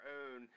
own